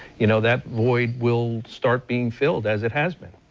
you know that void will start being filled as it has been.